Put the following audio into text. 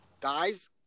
guys